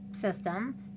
system